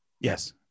Yes